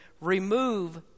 remove